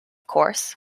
course